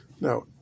Now